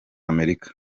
amerika